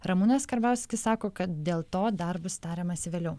ramūnas karbauskis sako kad dėl to dar bus tariamasi vėliau